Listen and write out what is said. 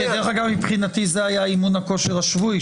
מבחינתי זה היה אימון הכושר השבועי,